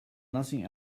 nothing